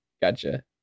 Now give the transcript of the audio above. Gotcha